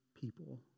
people